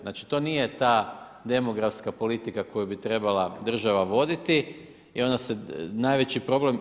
Znači, to nije ta demografska politika koju bi trebala država voditi i onda se najveći problem…